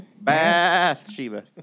Bathsheba